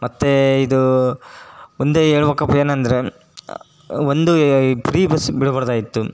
ಮತ್ತು ಇದು ಒಂದು ಹೇಳ್ಬೇಕಪ್ಪ ಏನಂದರೆ ಒಂದು ಫ್ರೀ ಬಸ್ ಬಿಡ್ಬಾರ್ದಾಗಿತ್ತು